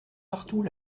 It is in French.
partout